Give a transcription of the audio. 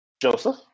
Joseph